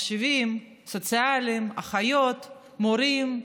מחשבים, עובדים סוציאליים, אחיות, מורים.